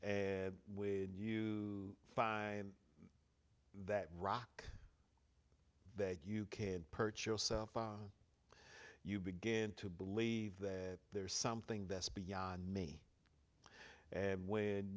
and when you find that rock that you can purchase you begin to believe that there's something that's beyond me and when